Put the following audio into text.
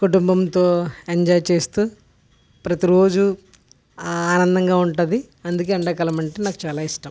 కుటుంబంతో ఎంజాయ్ చేస్తూ ప్రతీ రోజు ఆనందంగా ఉంటుంది అందుకే ఎండాకాలం అంటే నాకు చాలా ఇష్టం